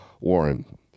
Warren